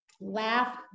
laugh